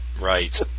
Right